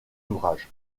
ouvrages